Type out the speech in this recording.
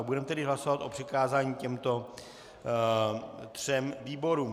Budeme tedy hlasovat o přikázání těmto třem výborům.